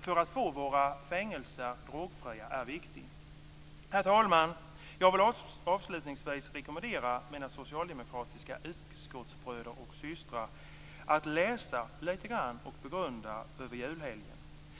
för att få våra fängelser drogfria är viktig. Herr talman! Avslutningsvis vill jag rekommendera mina socialdemokratiska utskottsbröder och systrar att läsa lite grann och begrunda detta över julhelgen!